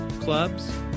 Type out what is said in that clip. clubs